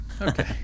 Okay